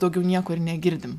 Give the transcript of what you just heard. daugiau nieko ir negirdim